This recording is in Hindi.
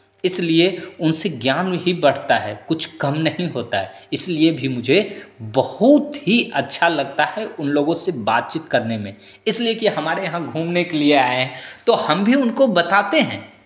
इसलिए उनसे ज्ञान ही बढ़ता है कुछ कम नहीं होता है इसलिए भी मुझे बहुत ही अच्छा लगता है उनलोगों से बातचीत करने में इसलिए कि हमारे यहाँ घूमने के लिए आए हैं तो हम भी उनको बताते हैं